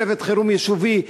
צוות חירום יישובי,